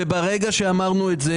ברגע שאמרנו את זה